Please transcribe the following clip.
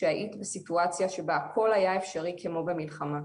שהיית בסיטואציה שבה הכל היה אפשרי כמו במלחמה.